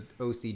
OC